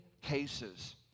cases